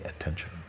attention